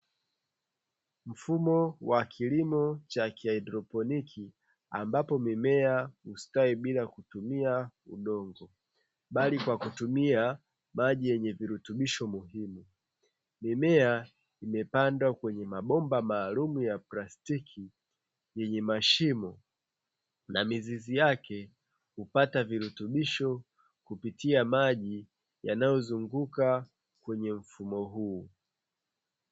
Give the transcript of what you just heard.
Mfumo wa kilimo cha kihaidroponi ambapo mimea hustawi bila kutumia udongo, bali kwa kutumia maji yenye virutubisho muhimu. Mimea imepandwa kwenye mabomba maalumu ya plastiki, yenye mashimo na mizizi yake hupata virutubisho kupitia maji yanayozunguka kwenye mfumo huo.